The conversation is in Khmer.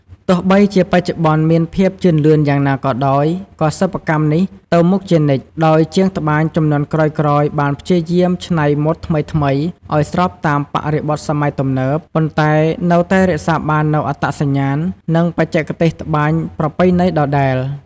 ទោះបីជាបច្ចុប្បន្នមានភាពជឿនលឿនយ៉ាងណាក៏ដោយ ក៏សិប្បកម្មនេះទៅមុខជានិច្ច ដោយជាងត្បាញជំនាន់ក្រោយៗបានព្យាយាមច្នៃម៉ូដថ្មីៗ ឱ្យស្របតាមបរិបទសម័យទំនើប ប៉ុន្តែនៅតែរក្សាបាននូវអត្តសញ្ញាណ និងបច្ចេកទេសត្បាញប្រពៃណីដដែល។